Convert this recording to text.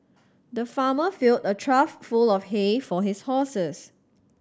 the farmer filled a trough full of hay for his horses